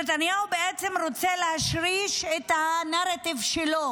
שנתניהו רוצה להשריש את הנרטיב שלו,